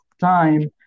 time